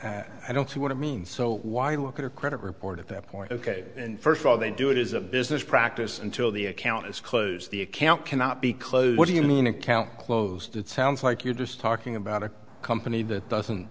file i don't see what i mean so why look at a credit report at that point ok and first of all they do it is a business practice until the account is close the account cannot be closed what do you mean account closed it sounds like you're just talking about a company that doesn't